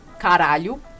Caralho